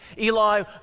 Eli